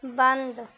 بند